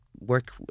work